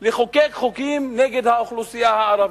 לחוקק חוקים נגד האוכלוסייה הערבית.